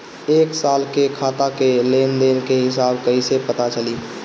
एक साल के खाता के लेन देन के हिसाब कइसे पता चली?